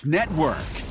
Network